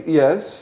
yes